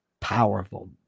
powerful